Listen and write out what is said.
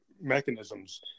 mechanisms